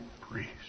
priest